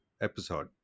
episode